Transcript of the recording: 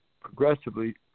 progressively